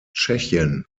tschechien